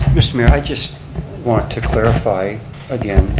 mr. mayor, i just want to clarify again,